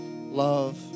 love